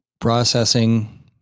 processing